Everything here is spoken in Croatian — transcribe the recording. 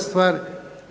stvar.